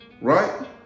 Right